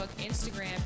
Instagram